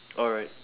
alright